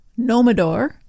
Nomador